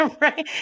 Right